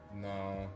No